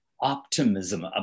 optimism